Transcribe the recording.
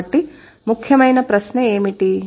కాబట్టి ముఖ్యమైన ప్రశ్న ఏమిటి